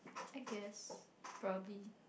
I guess probably